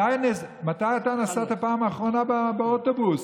מתי אתה נסעת פעם אחרונה באוטובוס?